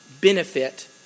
benefit